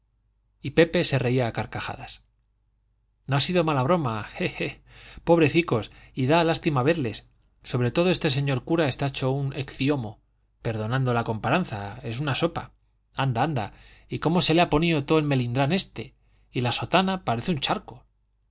y pepe se reía a carcajadas no ha sido mala broma je je probecicos y da lástima verles sobre todo este señor cura está hecho un eciomo perdonando la comparanza es una sopa anda anda y cómo se le ha ponío too el melindrán este y la sotana parece un charco